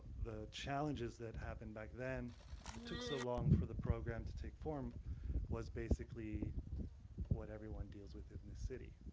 the challenges that happened back then that took so long for the program to take form was basically what everyone deals with in the city,